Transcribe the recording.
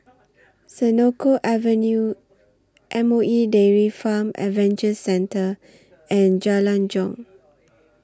Senoko Avenue M O E Dairy Farm Adventure Centre and Jalan Jong